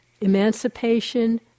Emancipation